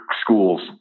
schools